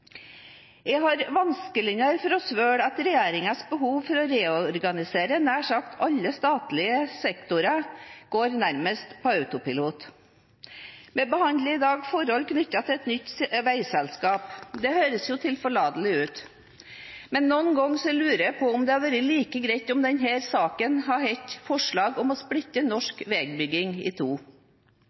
Jeg har vanskeligere for å svelge regjeringens behov for å reorganisere nær sagt alle statlige sektorer – nærmest på autopilot. Vi behandler i dag forhold knyttet til et nytt veiselskap. Det høres tilforlatelig ut. Men noen ganger lurer jeg på om det hadde vært like greit om denne saken hadde hett «forslag om å splitte norsk veibygging i to».